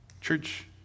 Church